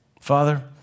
Father